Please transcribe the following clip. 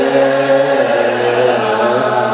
ah